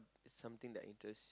something that interest